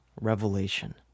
revelation